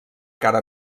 cara